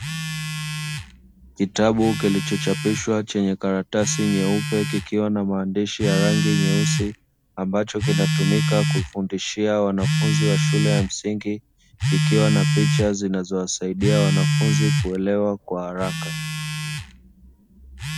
Kitabu kilichochapishwa chenye karatasi nyeupe kikiwa na maandishi ya rangi nyeusi, ambacho kinatumika kufundishia wanafunzi wa shule ya msingi, kikiwa na picha zinazowasaidia wanafunzi kuelewa kwa haraka.